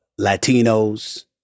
Latinos